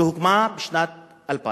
שהוקמה בשנת 2000